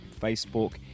Facebook